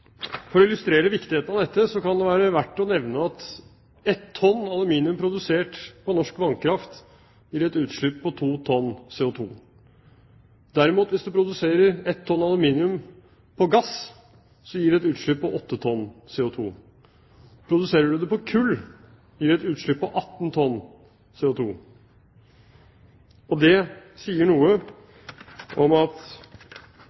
For å illustrere viktigheten av dette kan det være verdt å nevne at 1 tonn aluminium produsert på norsk vannkraft gir et utslipp på 2 tonn CO2. Hvis man derimot produserer 1 tonn aluminium på gass, gir det et utslipp på 8 tonn CO2. Produserer man det på kull, gir det et utslipp på 18 tonn CO2. Det sier